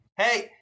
Hey